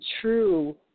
true